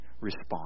respond